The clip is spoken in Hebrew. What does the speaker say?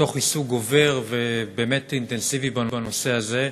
מתוך עיסוק גובר ובאמת אינטנסיבי בנושא הזה,